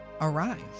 arrive